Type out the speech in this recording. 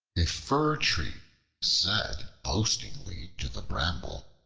a fir-tree said boastingly to the bramble,